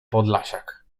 podlasiak